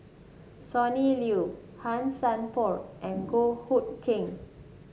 Sonny Liew Han Sai Por and Goh Hood Keng